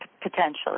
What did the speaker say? potentially